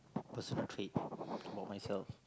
personal trait of myself